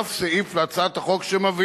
הוסף סעיף להצעת החוק שמבהיר